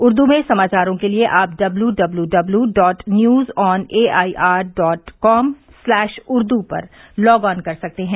उर्द में समाचारों के लिए आप W W dot news on A I R dot com slash Urdu पर लॉग ऑन कर सकते हैं